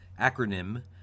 acronym